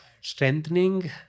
Strengthening